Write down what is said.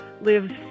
lives